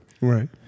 Right